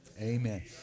Amen